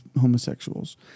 homosexuals